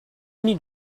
need